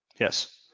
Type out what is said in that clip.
yes